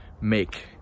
make